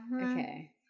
Okay